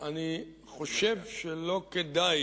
אני חושב שלא כדאי